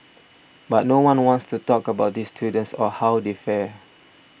but no one wants to talk about these students or how they fare